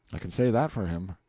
i can say that for him.